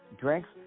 drinks